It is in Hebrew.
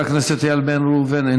חבר הכנסת איל בן ראובן,